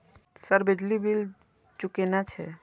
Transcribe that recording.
Sir बिजली bill चूकेना छे?